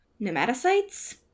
nematocytes